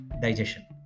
digestion